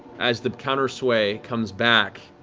as the counter-sway comes back,